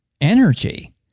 energy